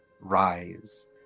rise